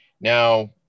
Now